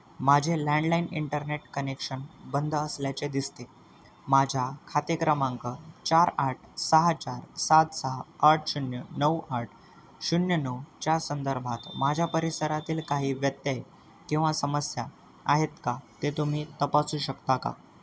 माझे landline internet connection बंद असल्याचे दिसते माझ्या खाते क्रमांक चार आठ सहा चार सात सहा आठ शून्य नऊ आठ शून्य नऊच्या संदर्भात माझ्या परिसरातील काही व्यतय किंवा समस्या आहेत का ते तुम्ही तपासू शकता का